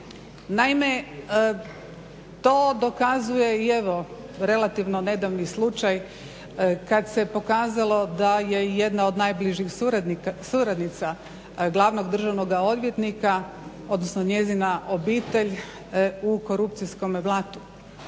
Naime, to dokazuje i evo relativno nedavni slučaj kada se pokazalo da je jedna od najbližih suradnica glavnog državnog odvjetnika odnosno njezina obitelj u korupcijskom blatu.